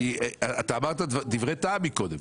אתה אמרת דברי טעם קודם.